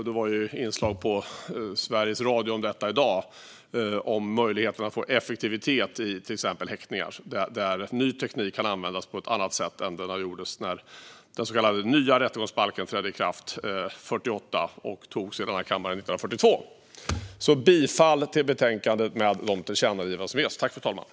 Det var inslag i Sveriges Radio om detta i dag, där det handlade om möjligheten att få effektivitet vid till exempel häktningar, där ny teknik kan användas på ett annat sätt än när den så kallade "nya" rättegångsbalken trädde i kraft 1948. Den antogs av riksdagen 1942. Jag yrkar bifall till utskottets förslag med de tillkännagivanden som ges.